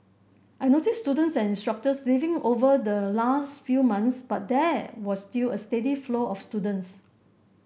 I noticed students and instructors leaving over the last few months but there was still a steady flow of students